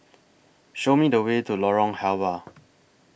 Show Me The Way to Lorong Halwa